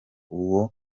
uwo